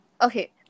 Okay